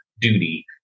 duty